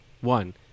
one